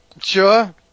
Sure